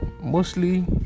mostly